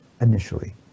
initially